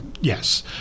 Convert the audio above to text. yes